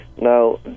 Now